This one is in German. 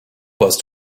warst